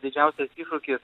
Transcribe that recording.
didžiausias iššūkis